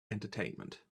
entertainment